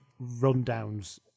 rundowns